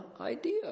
idea